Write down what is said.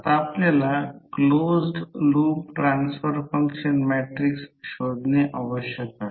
तर ही बाजू देखील 1 सेंटीमीटर 4 1 1 म्हणून एकसमान आहे